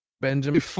Benjamin